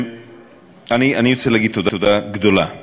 אני רוצה להגיד תודה גדולה